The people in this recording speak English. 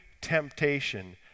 temptation